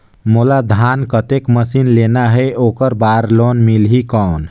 मोला धान कतेक मशीन लेना हे ओकर बार लोन मिलही कौन?